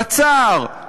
בצער,